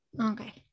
Okay